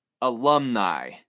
alumni